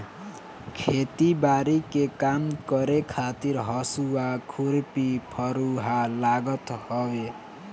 खेती बारी के काम करे खातिर हसुआ, खुरपी, फरुहा लागत हवे